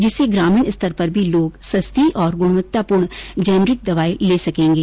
जिससे ग्रामीण स्तर पर भी लोग सस्ती और ग्रणवत्तापूर्ण जेनरिक दवाएं ले सकेंगे